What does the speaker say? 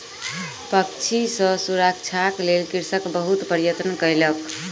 पक्षी सॅ सुरक्षाक लेल कृषक बहुत प्रयत्न कयलक